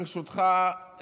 ברשותך,